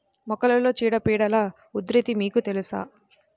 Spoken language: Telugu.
మొక్కలలో చీడపీడల ఉధృతి మీకు తెలుసా?